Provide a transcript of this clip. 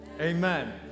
Amen